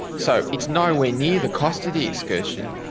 so it's nowhere near the cost of the excursion,